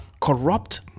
corrupt